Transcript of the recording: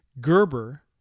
Gerber